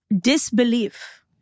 disbelief